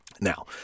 Now